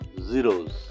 zeros